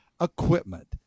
equipment